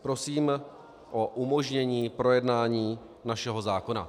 Prosím o umožnění projednání našeho zákona.